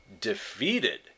defeated